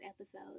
episode